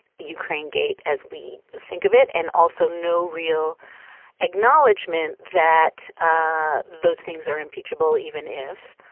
ukraine gate as we think of it. and also no real acknowledgment that ah those things are impeachable, even if.